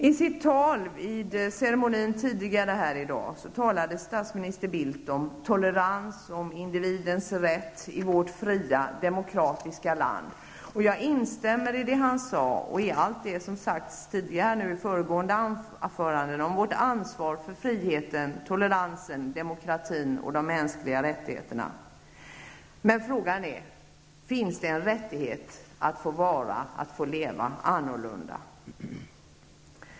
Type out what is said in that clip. I sitt tal vid ceremonin tidigare i dag talade statsminister Bildt om tolerans och om individens rätt i vårt fria, demokratiska land. Jag instämmer i det han sade och i allt det som har sagts i de föregående anförandena om vårt ansvar för friheten, toleransen, demokratin och de mänskliga rättigheterna. Men frågan är: Finns det en rättighet att få vara och leva annorlunda?